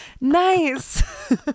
nice